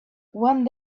one